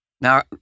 Now